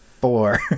four